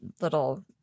little